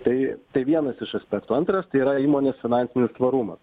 tai vienas iš aspektų antras tai yra įmonės finansinis tvarumas